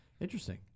Interesting